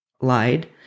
lied